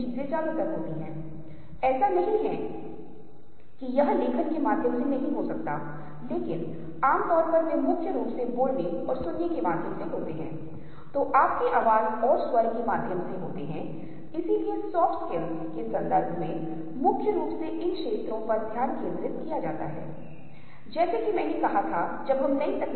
जाहिर है अगर आप मापेंगे तो आप पाएंगे कि दोनों रेखाएं एक ही लंबाई की हैं लेकिन आप कहते हैं कि आप इस चीज को दो अलग अलग तरीकों से देख रहे हैं एक समय में आप एक दो आयामी छवि को तीन आयामी स्थान की तरह देख रहे हैं जहाँ आपके पास एक बिल्डिंग ब्लॉक है आप इसे यहाँ पर एक दीवार के रूप में देख सकते हैं और एक अन्य दीवार है जो इससे जुड़ी हुई है यह एक प्रकार का है जिसे आप देख रहे हैं